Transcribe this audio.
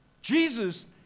Jesus